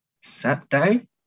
Saturday